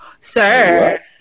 Sir